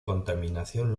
contaminación